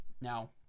now